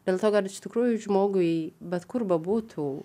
dėl to kad iš tikrųjų žmogui bet kur bebūtų